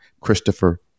Christopher